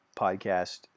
podcast